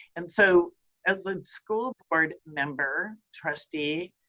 and so as a school board member trustee,